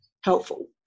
helpful